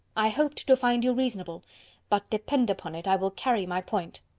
i hoped to find you reasonable but, depend upon it, i will carry my point.